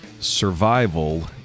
survival